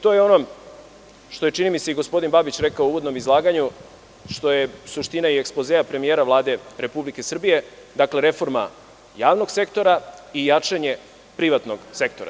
To je ono što je, čini mi se, i gospodin Babić rekao u uvodnom izlaganju, što je suština i ekspozea premijera Vlade Republike Srbije, reforma javnog sektora i jačanje privatnog sektora.